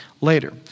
later